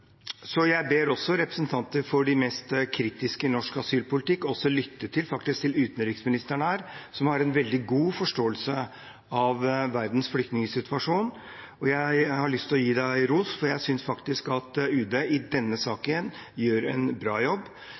Jeg ber representanter for de mest kritiske i norsk asylpolitikk lytte til utenriksministeren, som har en veldig god forståelse av verdens flyktningsituasjon. Jeg har lyst til å gi deg ros, for jeg synes at UD i denne saken gjør en bra jobb.